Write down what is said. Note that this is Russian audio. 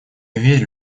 верю